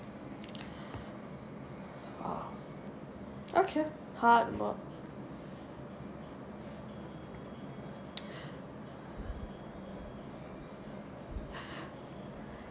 ah okay hard work